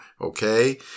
Okay